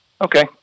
okay